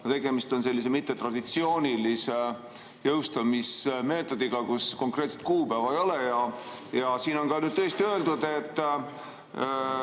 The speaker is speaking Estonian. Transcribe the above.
Tegemist on sellise mittetraditsioonilise jõustamismeetodiga, kus konkreetset kuupäeva ei ole. Siin on ka öeldud, et